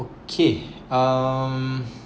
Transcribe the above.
okay um